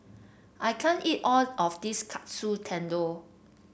I can't eat all of this Katsu Tendon